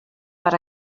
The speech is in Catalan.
per